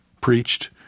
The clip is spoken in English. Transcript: preached